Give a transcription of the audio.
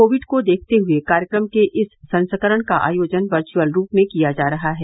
Covid को देखते हए कार्यक्रम के इस संस्करण का आयोजन वर्चअल रूप में किया जा रहा है